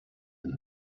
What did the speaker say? and